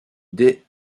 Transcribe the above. dès